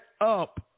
up